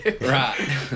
Right